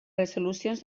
resolucions